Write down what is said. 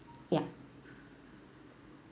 yup